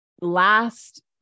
last